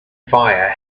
fire